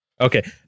okay